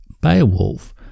Beowulf